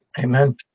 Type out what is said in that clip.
Amen